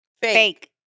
fake